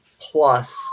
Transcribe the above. plus